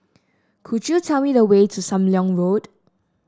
could you tell me the way to Sam Leong Road